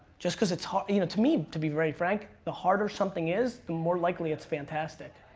just cuz its hard, you know to me to be very frank, the harder something is, the more likely it's fantastic.